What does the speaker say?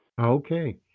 Okay